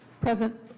Present